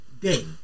day